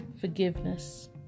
forgiveness